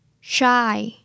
Shy